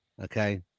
okay